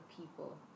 people